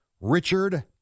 Richard